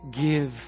give